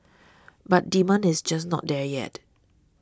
but demand is just not there yet